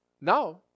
now